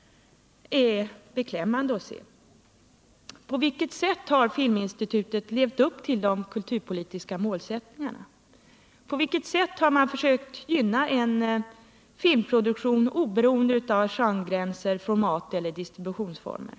På vilket sätt har Filminstitutet levt upp till de kulturpolitiska målsättningarna? På vilket sätt har institutet försökt gynna en filmproduktion oberoende av genregränser, format eller distributionsformer?